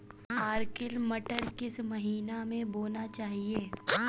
Arkel मटर किस महीना में बोना चाहिए?